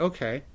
Okay